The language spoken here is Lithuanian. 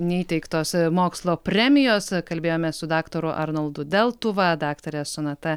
neįteiktos mokslo premijos kalbėjomės su daktaru arnoldu deltuva daktare sonata